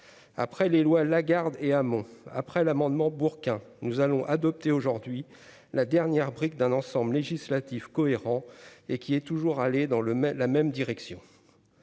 après les lois Lagarde et Hamon après l'amendement Bourquin nous allons adopter aujourd'hui la dernière brique d'un ensemble législatif cohérent et qui est toujours allé dans le même, la même direction.